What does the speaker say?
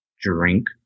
drink